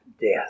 death